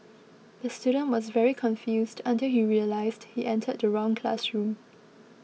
the student was very confused until he realised he entered the wrong classroom